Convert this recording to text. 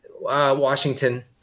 Washington